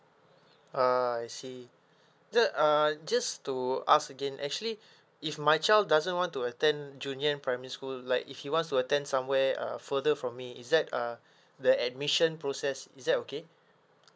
ah I see the uh just to ask again actually if my child doesn't want to attend junyuan primary school like if he wants to attend somewhere uh further from me is that uh the admission process is that okay